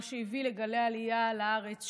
מה שהביא לגלי עלייה לארץ.